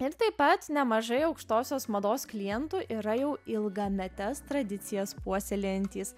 ir taip pat nemažai aukštosios mados klientų yra jau ilgametes tradicijas puoselėjantys